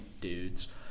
dudes